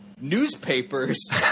newspapers